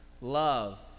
love